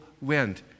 went